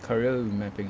korean mapping